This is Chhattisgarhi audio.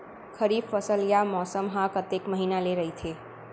खरीफ फसल या मौसम हा कतेक महिना ले रहिथे?